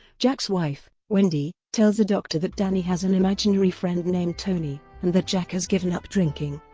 jack's wife, wendy, tells a doctor that danny has an imaginary friend named tony, and that jack has given up drinking,